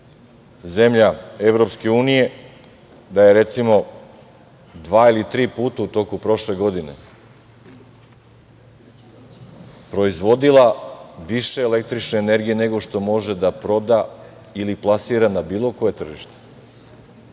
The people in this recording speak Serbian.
zemlja EU, da je recimo dva ili tri puta u toku prošle godine proizvodila više električne energije nego što može da proda ili plasira na bilo koje tržište